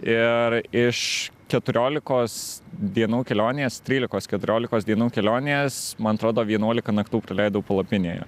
ir iš keturiolikos dienų kelionės trylikos keturiolikos dienų kelionės man atrodo vienuolika naktų praleidau palapinėje